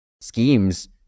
schemes